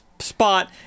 spot